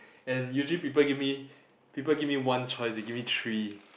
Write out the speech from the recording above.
and usually people give me people give me one choice they give me three